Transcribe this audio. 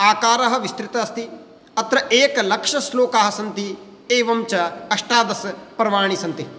आकारः विस्तृतः अस्ति अत्र एकलक्ष श्लोकाः सन्ति एवं च अष्टादश पर्वाणि सन्ति